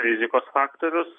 rizikos faktorius